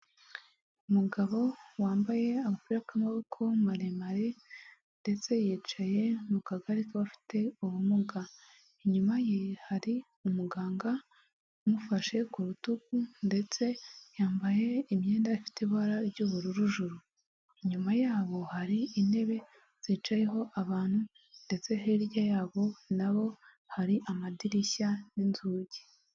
Umugabo wambaye agapira k'amaboko maremare ndetse yicaye mu kagareri k'abafite ubumuga inyuma ye hari umuganga umufashe ku rutugu ndetse yambaye imyenda ifite ibara ry'ubururu juru inyuma yabo hari intebe zicayeho abantu ndetse hirya yabo nabo hari amadirishya n'inzugi.